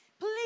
Please